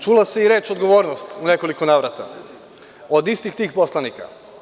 Čula se i reč odgovornost u nekoliko navrata od istih tih poslanika.